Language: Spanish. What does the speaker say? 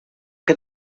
que